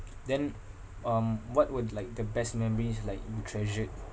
then um what would like the best memories like you treasured